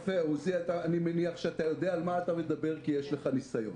אני מניח שאתה יודע על מה אתה מדבר כי יש לך ניסיון.